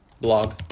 blog